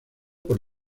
por